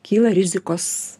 kyla rizikos